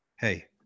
Hey